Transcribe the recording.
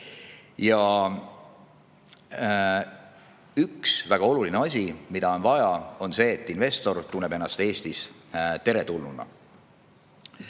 Üks väga oluline asi, mida on vaja, on see, et investor tunneks ennast Eestis teretulnuna.